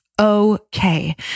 okay